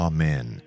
Amen